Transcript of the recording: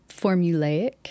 formulaic